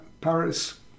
Paris